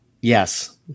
Yes